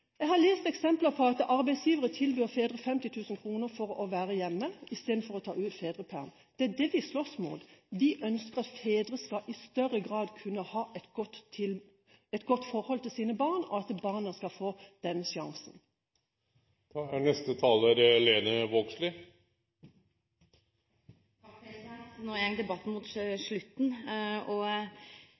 Jeg har lest eksempler på at arbeidsgivere tilbyr fedre 50 000 kr for å være på jobb i stedet for å ta ut fedrepermisjon. Det er det vi slåss mot. Vi ønsker at fedre i større grad skal kunne ha et godt forhold til sine barn, og at barna skal få den sjansen. No går debatten mot slutten. Eg synest det er veldig greit å få konstatert at Framstegspartiet og